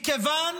מכיוון